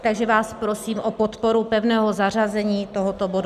Takže vás prosím o podporu pevného zařazení tohoto bodu.